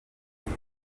urwa